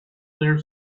their